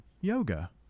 Yoga